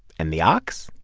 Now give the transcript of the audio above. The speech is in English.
and the ox?